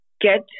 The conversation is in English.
get